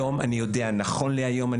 נכון להיום,